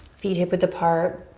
feet hip width apart.